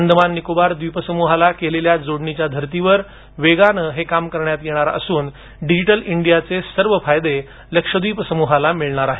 अंदमान निकोबार द्वीप समूहाला केलेल्या जोडणीच्या धर्तीवर वेगाने हे काम करण्यात येणार असून डिजिटल इंडियाचे सर्व फायदे लक्ष द्वीप समूहाला मिळणार आहेत